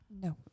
No